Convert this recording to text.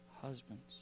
husbands